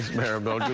maribel.